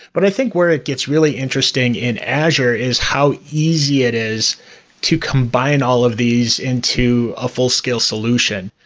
but i think where it gets really interesting in azure is how easy it is to combine all of these into a full-scale solution.